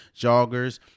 joggers